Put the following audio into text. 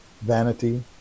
vanity